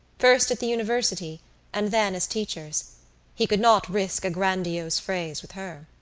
first at the university and then as teachers he could not risk a grandiose phrase with her.